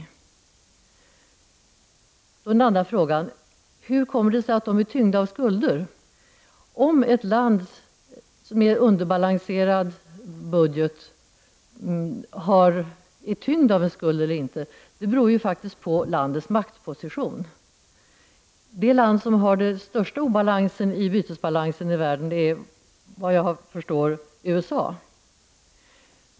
Då har vi den andra frågan: Hur kommer det sig att de är tyngda av skulder? Om ett land med underbalanserad budget är tyngt av en skuld eller inte beror ju faktiskt på landets maktposition. Det land som har den största obalansen i bytesbalansen i världen är, vad jag förstår, USA.